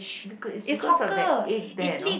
because is because of that egg there know